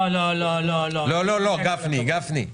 אני לא מסכים לזה.